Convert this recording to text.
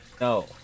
no